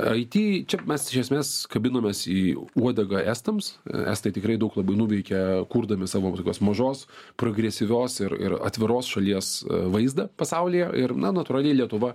it čia mes iš esmės kabinomės į uodegą estams estai tikrai daug labai nuveikė kurdami savo tokios mažos progresyvios ir ir atviros šalies vaizdą pasaulyje ir na natūraliai lietuva